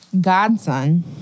Godson